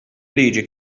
liġi